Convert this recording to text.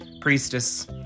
priestess